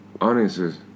audiences